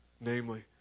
namely